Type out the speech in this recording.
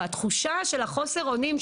והתחושה של חוסר האונים,